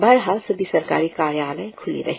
बहरहाल सभी सरकारी कार्यालय खुली रही